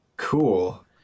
Cool